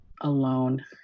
alone